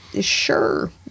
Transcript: Sure